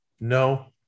No